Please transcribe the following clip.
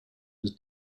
was